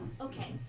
Okay